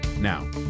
Now